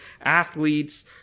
Athletes